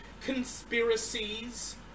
conspiracies